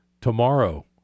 tomorrow